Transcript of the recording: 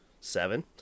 Seven